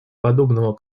подобного